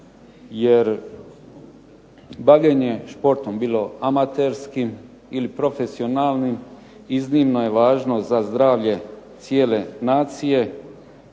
Jer bavljenje športom, bilo amaterskim ili profesionalnim iznimno je važno za zdravlje cijele nacije,